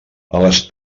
les